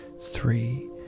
three